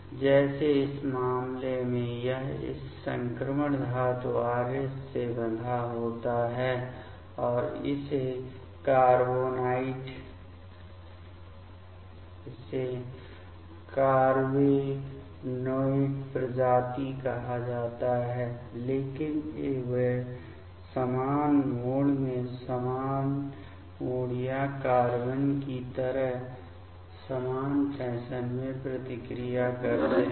जैसे इस मामले में यह इस संक्रमण धातु Rh से बंधा होता है और इसे कार्बेनोइड प्रजाति कहा जाता है लेकिन वे समान मोड के समान मोड या कार्बेन की तरह समान फैशन में प्रतिक्रिया करते हैं